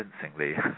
convincingly